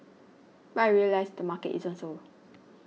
but I realised the market isn't so